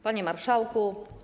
Panie Marszałku!